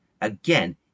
Again